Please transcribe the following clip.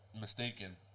mistaken